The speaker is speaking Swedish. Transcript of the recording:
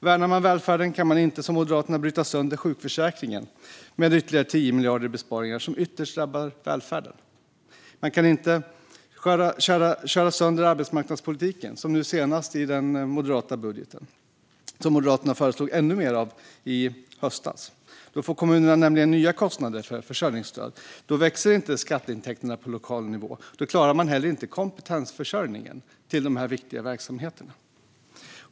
Värnar man välfärden kan man inte som Moderaterna bryta sönder sjukförsäkringen med ytterligare 10 miljarder i besparingar som ytterst drabbar välfärden. Man kan inte köra sönder arbetsmarknadspolitiken som man nu senast gör i den moderata budgeten - och som moderaterna föreslog ännu mer av i höstas. Då får kommunerna nämligen nya kostnader för försörjningsstöd, då växer inte skatteintäkterna på lokal nivå och då klarar man heller inte kompetensförsörjningen till de här viktiga verksamheterna.